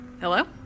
Hello